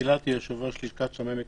יושב-ראש לשכת שמאי המקרקעין.